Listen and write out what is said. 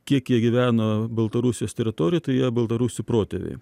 kiek jie gyveno baltarusijos teritorijoj tai jie baltarusių protėviai